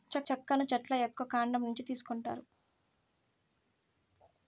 చెక్కను చెట్ల యొక్క కాండం నుంచి తీసుకొంటారు